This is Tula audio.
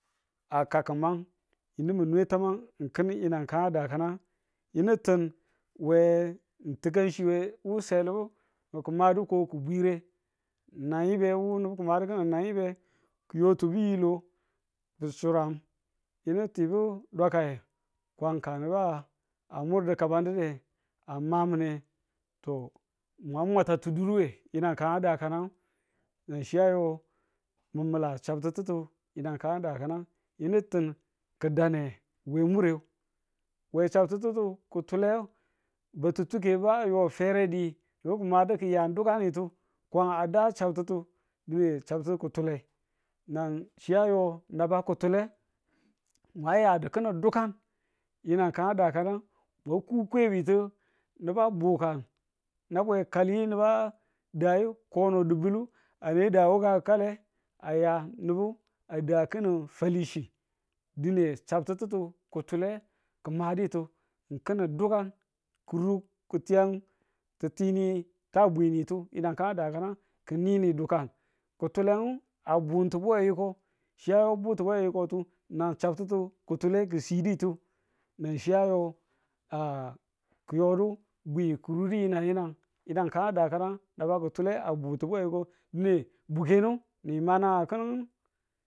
a kaki̱man yinu mi nwe tamang ng kin yinang kan a dakane yinu tin we ti̱kanchi we wu selebu we kimadu ko ki̱bwire nam yibe wu nubu kimadu kinang nam yibe kiyoto bwi lo ki̱surang yinu tibe dwakaye kwan ka nubu a mur di̱kabandudu ye, a ma mune to mwa mwata ti duru we yinang kan a dake ne nan chi a yo mi mila chabtitutu yinang kan a dakanang yinu tin ki̱dane we mure. we chabtitutu, kutule batuttukebu a yo fere di, yo ki̱ madi ki ya dukanitu kwan a da chabtitu dine chabtu kutule nan chi a yo naba kutule mwa yodu ki̱nin dukan, yinang kan a dakanang. mwa ku kweritu nubu a bukan nabwe kaliyu nubu dayo kono di̱bulu a ne da wuka kale a ya nubu a da ki̱nin fali chi dine chabtitutu kutule ki maditu ki̱nin dukan ku wur ki̱tiyang tittini ta bwiyitu yinang kan a dakanang. ki̱ nini dukan. kutule a buntubuwe yiko chi ayo a buntunuwe yiko tu, nan chabtitu kutule ki̱ siditu. nan chi a yo a ki̱yodu bwi ki rudu yinang yinang yidan kan a dakanang naba kutule a butunuwe yiko dine bugennu ni ma nagang kin nu,